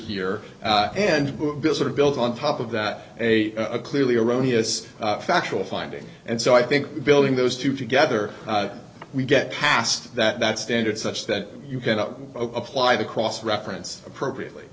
here and sort of built on top of that a a clearly erroneous factual finding and so i think building those two together we get past that standard such that you cannot apply the cross reference appropriately